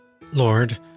Lord